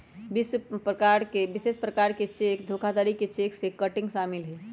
विशेष प्रकार के चेक धोखाधड़ी में चेक किटिंग शामिल हइ